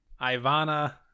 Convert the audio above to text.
Ivana